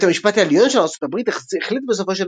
בית המשפט העליון של ארצות הברית החליט בסופו של